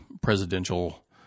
presidential